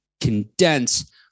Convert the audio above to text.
condense